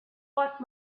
but